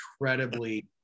incredibly